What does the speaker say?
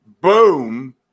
boom